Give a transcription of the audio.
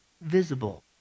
visible